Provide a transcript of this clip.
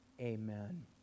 Amen